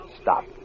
Stop